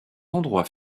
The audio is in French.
endroit